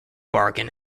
bargain